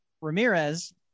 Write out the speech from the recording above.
ramirez